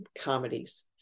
comedies